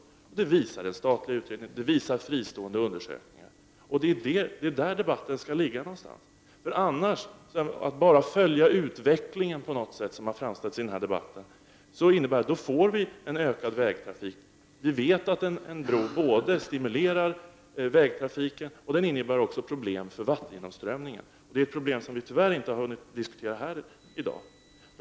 Ja, att den blir lönsam visas av den statliga utredningen och av fristående undersökningar. Det är där någonstans debatten skall ligga. Att vi skulle vara tvungna att bara ”följa utvecklingen”, som det har sagts i debatten, innebär att vi får en ökad vägtrafik. Vi vet att en bro stimulerar vägtrafiken, och det innebär också problem för vattengenomströmningen. Det är problem som vi tyvärr inte hinner diskutera här i dag.